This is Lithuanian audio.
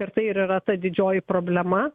ir tai ir yra ta didžioji problema